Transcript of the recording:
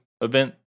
event